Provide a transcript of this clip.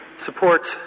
supports